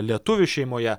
lietuvių šeimoje